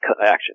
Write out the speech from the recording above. action